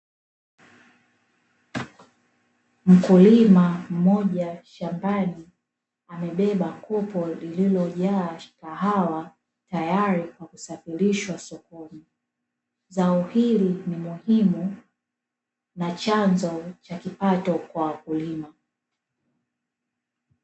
Mkulima mmoja shambani, amebeba kopo lililojaa kahawa tayari kwa kusafirishwa sokoni. Zao hili ni muhimu na chanzo cha kipato kwa wakulima.